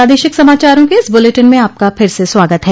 प्रादेशिक समाचारों के इस बुलेटिन में आपका फिर से स्वागत है